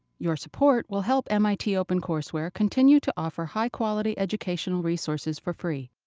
your support will help mit opencourseware continue to offer high quality educational resources for free.